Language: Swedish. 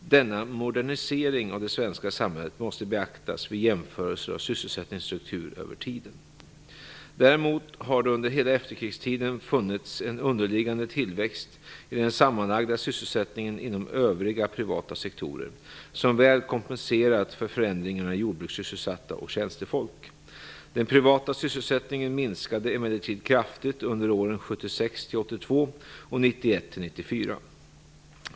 Denna modernisering av det svenska samhället måste beaktas vid jämförelser av sysselsättningsstrukturen över tiden. Däremot har det under hela efterkrigstiden funnits en underliggande tillväxt i den sammanlagda sysselsättningen inom övriga privata sektorer som väl kompenserat för förändringarna i jordbrukssysselsatta och tjänstefolk. Den privata sysselsättningen minskade emellertid kraftigt under åren 1976-1982 och 1991 1994.